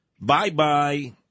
bye-bye